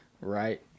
Right